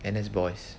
N_S boys